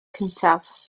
cyntaf